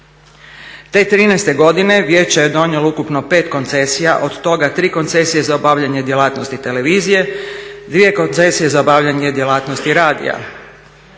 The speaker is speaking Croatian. Te '13. godine, vijeće je donijelo ukupno 5 koncesija, od toga 3 koncesije za obavljanje djelatnosti televizije, 2 koncesije za obavljanje djelatnosti radija.